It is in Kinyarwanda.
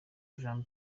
jean